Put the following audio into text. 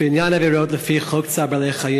בעניין עבירות לפי חוק צער בעלי-חיים,